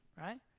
right